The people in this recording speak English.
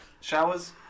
Showers